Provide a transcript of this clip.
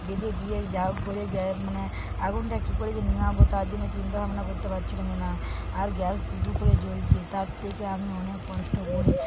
বেঁধে দিয়ে যা হোক করে গ্যা মানে আগুনটা কি করে যে নেভাবো তার জন্য চিন্তা ভাবনা করতে পাচ্ছিলুম না আর গ্যাস ধু ধু করে জ্বলছে তার থেকে আমি অনেক কষ্ট করে